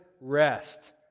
rest